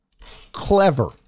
Clever